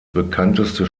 bekannteste